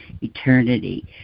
eternity